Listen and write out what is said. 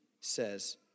says